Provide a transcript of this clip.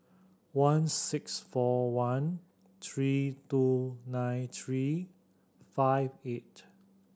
one six four one three two nine three five eight